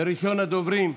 ראשון הדוברים,